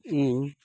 ᱤᱧ